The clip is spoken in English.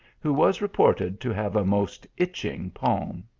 who was reported to have a most itching palm.